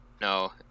No